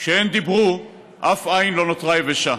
כשהן דיברו, אף עין לא נותרה יבשה.